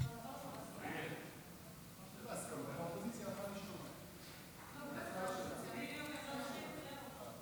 ההצעה להעביר את הנושא לוועדת החוץ והביטחון נתקבלה.